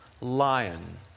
lion